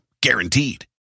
guaranteed